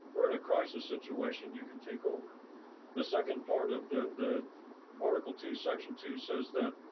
we're in a crisis situation, you can take over the second part of the the article two, section two says that,